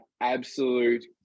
absolute